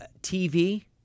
tv